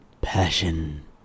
passion